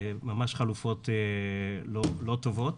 ממש חלופות לא טובות.